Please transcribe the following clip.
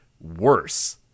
worse